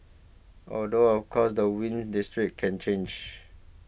although of course the wind's district can change